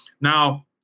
Now